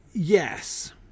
Yes